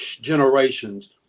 generations